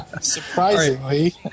surprisingly